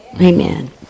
Amen